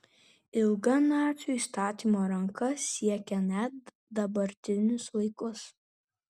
ilga nacių įstatymo ranka siekia net dabartinius laikus